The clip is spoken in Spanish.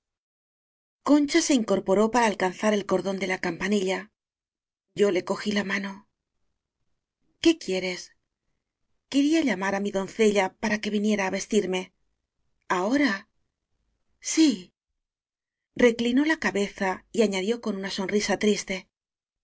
concha se incorporó para alcanzar el cor dón de la campanilla yo le cogí la mano qué quieres quería llamar á mi doncella para que viniera á vestirme ahora s í reclinó la cabeza y añadió con una sonrisa triste